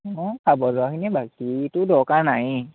অঁ চাব যোৱাখিনি বাকীটো দৰকাৰ নাইয়ে